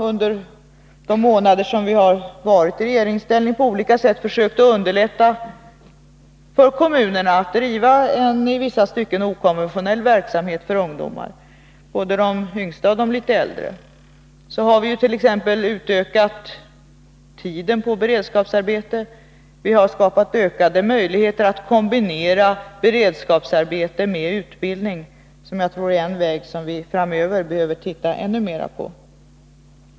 Under de månader som vi varit i regeringsställning har vi också på olika sätt försökt underlätta för kommunerna att driva en i vissa stycken okonventionell verksamhet för ungdomar, både de yngsta och de litet äldre. Vi har t.ex. utökat tiden för beredskapsarbete, och vi har skapat ökade möjligheter att kombinera beredskapsarbete med utbildning, som jag tror är en väg vi framöver behöver se ännu mera på.